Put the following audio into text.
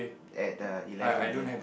at the eleven a_m